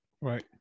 right